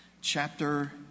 chapter